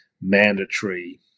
mandatory